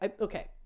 okay